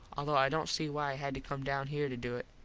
although i dont see why i had to come down here to do it.